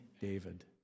David